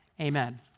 Amen